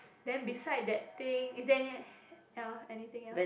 then beside that thing is there any anything else